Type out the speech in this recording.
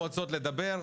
לדבר,